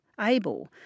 able